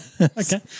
Okay